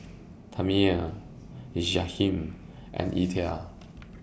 Tami Jahiem and Ether